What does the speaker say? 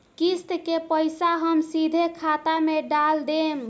किस्त के पईसा हम सीधे खाता में डाल देम?